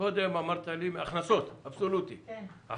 אני